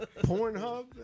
Pornhub